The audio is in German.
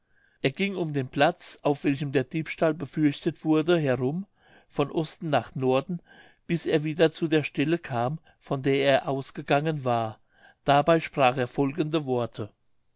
er ging um den platz auf welchem der diebstahl befürchtet wurde herum von osten nach norden bis er wieder zu der stelle kam von der er ausgegangen war dabei sprach er folgende worte